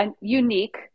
unique